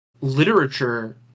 literature